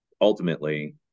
ultimately